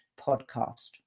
podcast